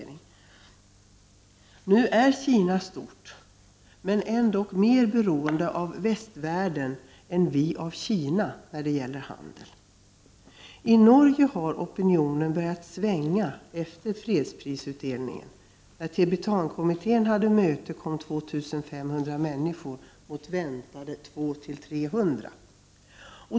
Kina är stort, men är ändock mer beroende av västvärlden än vi är av Kina när det gäller handel. I Norge har opinionen börjat svänga efter fredsprisutdelningen. När Tibetankommittén hade möte kom 2 500 människor mot väntade 200-300.